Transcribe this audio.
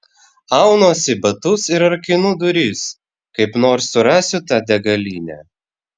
aunuosi batus ir rakinu duris kaip nors surasiu tą degalinę